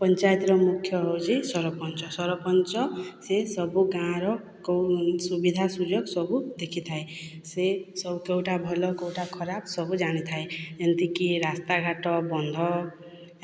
ପଞ୍ଚାୟତର ମୁଖ୍ୟ ହେଉଛି ସରପଞ୍ଚ ସରପଞ୍ଚ ସେ ସବୁ ଗାଁର କେଉଁ ସୁବିଧା ସୁଯୋଗ ସବୁ ଦେଖିଥାଏ ସେ ସଁ କେଉଁଟା ଭଲ କେଉଁଟା ଖରାପ ସବୁ ଜାଣିଥାଏ ଯେମିତିକି ରାସ୍ତାଘଟ ବନ୍ଧ